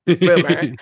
rumor